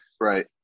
Right